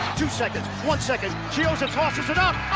two seconds, one second, chiozza tosses it up,